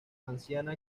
anciana